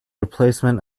replacement